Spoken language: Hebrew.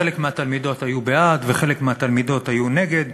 חלק מהתלמידות היו בעד וחלק מהתלמידות היו נגד.